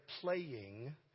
playing